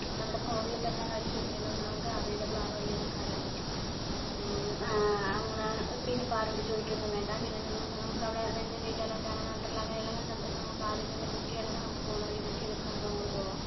നമ്മുടെ ഫോണിൽ തന്നെ ഒന്ന് അടിച്ച് നോക്കിയിട്ടുണ്ടേൽ നമുക്ക് അവൈലബിൾ ആണോ അല്ലയോ എന്നൊക്കെ അറിയാൻ പറ്റും അങ്ങനെ പിന്നെ ഇപ്പോൾ ആരോടും ചോദിക്കുക ഒന്നും വേണ്ട പിന്നെ നമുക്ക് അവിടെ അതായത് വീഗാലാൻഡ് അങ്ങനെ വണ്ടർലാ അങ്ങനെയുള്ള സ്ഥലത്തൊക്കെ നമുക്ക് ആദ്യം തന്നെ ബുക്ക് ചെയ്യണമെങ്കിൽ പോകുന്ന വഴിക്ക് ബുക്ക് ചെയ്തിട്ട് നമുക്ക് അങ്ങോട്ട് പോകാം